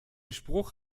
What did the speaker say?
spruch